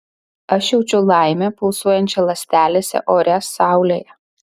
aš jaučiau laimę pulsuojančią ląstelėse ore saulėje